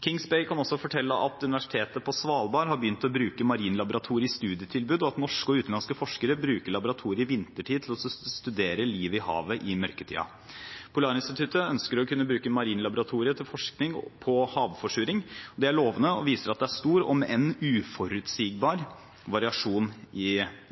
Kings Bay AS kan også fortelle at Universitetssenteret på Svalbard har begynt å bruke marinlaboratoriets studietilbud, og at norske og utenlandske forskere vinterstid bruker laboratoriet til å studere livet i havet i mørketiden. Polarinstituttet ønsker å kunne bruke marinlaboratoriet til forskning på havforsuring. Dette er lovende for fremtiden, men det er også stor variasjon i bruken –